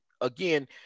again